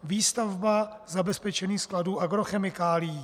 výstavba zabezpečení skladů agrochemikálií.